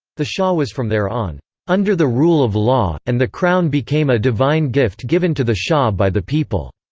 the shah was from there on under the rule of law, and the crown became a divine gift given to the shah by the people.